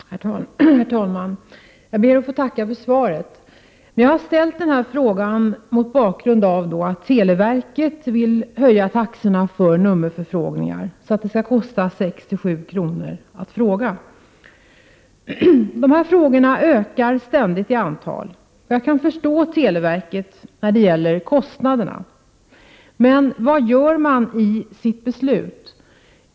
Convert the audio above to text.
Herr talman! Jag ber att få tacka för svaret. Jag ställde frågan mot bakgrund av att televerket vill höja taxorna för nummerförfrågningar, så att det skall kosta 6-7 kr. per upplysning. Nummerförfrågningarna ökar ständigt i antal. Jag kan förstå att televerket vill vidta åtgärder på grund av kostnaderna. Vad beslutar då televerket att göra?